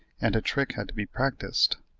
and a trick had to be practised.